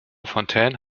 fontaine